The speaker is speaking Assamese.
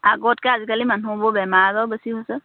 আগতকৈ আজিকালি মানুহবোৰ বেমাৰ আজাৰো বেছি হৈছে